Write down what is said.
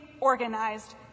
organized